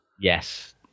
Yes